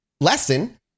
lesson